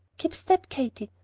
keep step, katy.